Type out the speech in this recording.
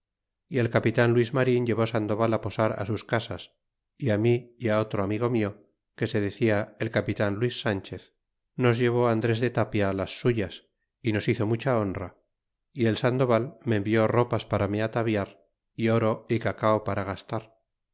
y al capitan luis marin llevó sandoval posar sus casas é mi é otro amigo mio que se decia el capitan luis sanchez nos llevó andres de tapia á las suyas y nos hizo mucha honra y el sandoval me envió ropas para me ataviar é oro a cacao para gastar